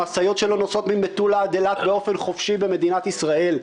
המשאיות שלו נוסעות ממטולה ועד אילת באופן חופשי במדינת ישראל.